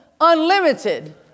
unlimited